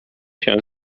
się